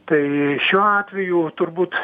tai šiuo atveju turbūt